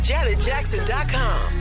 JanetJackson.com